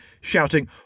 shouting